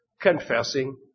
confessing